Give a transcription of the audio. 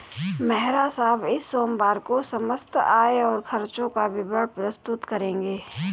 मेहरा साहब इस सोमवार को समस्त आय और खर्चों का विवरण प्रस्तुत करेंगे